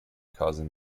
causing